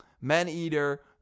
Maneater